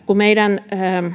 kun meidän